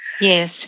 Yes